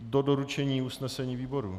Do doručení usnesení výboru.